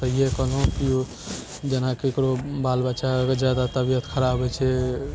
सहिये कहलहुँ केओ जेना ककरो बाल बच्चाके जादा तबियत खराब होइ छै